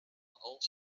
auch